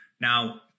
now